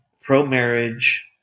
pro-marriage